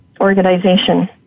organization